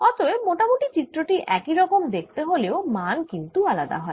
অতএব মোটামুটি চিত্র টি একই রকমের দেখতে হলেও মান কিন্তু আলাদা হয়